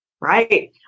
Right